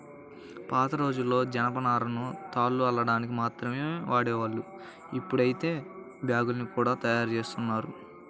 పాతరోజుల్లో జనపనారను తాళ్లు అల్లడానికి మాత్రమే వాడేవాళ్ళు, ఇప్పుడైతే బ్యాగ్గుల్ని గూడా తయ్యారుజేత్తన్నారు